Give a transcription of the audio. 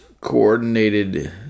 coordinated